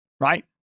Right